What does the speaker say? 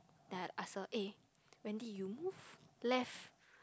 then I ask her eh Wendy you move left